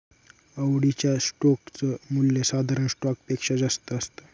आवडीच्या स्टोक च मूल्य साधारण स्टॉक पेक्षा जास्त असत